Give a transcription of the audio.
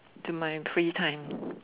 to my pre time